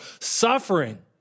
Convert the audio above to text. suffering